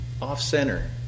off-center